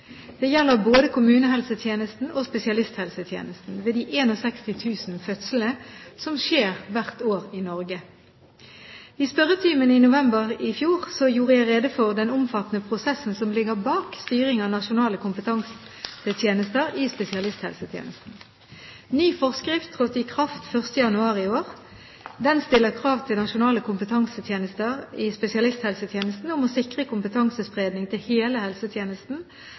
Det gjelder både kommunehelsetjenesten og spesialisthelsetjenesten ved de 61 000 fødslene som skjer hvert år i Norge. I spørretimen i november i fjor gjorde jeg rede for den omfattende prosessen som ligger bak styring av nasjonale kompetansetjenester i spesialisthelsetjenesten. Ny forskrift trådte i kraft 1. januar i år. Den stiller krav til nasjonale kompetansetjenester i spesialisthelsetjenesten om å sikre kompetansespredning til hele helsetjenesten,